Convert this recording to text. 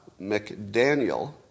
McDaniel